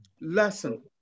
lesson